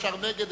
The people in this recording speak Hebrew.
אפשר נגד,